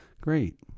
great